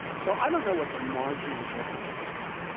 so i don't know what the marginal difference will be,